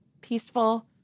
peaceful